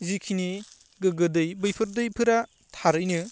जिखिनि गोगो दै बैफोर दैफोरा थारैनो